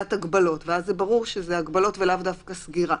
"קביעת הגבלות" ואז זה ברור שזה הגבלות ולאו דווקא סגירה.